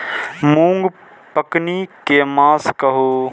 मूँग पकनी के मास कहू?